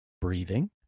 breathing